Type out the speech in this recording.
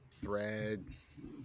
Threads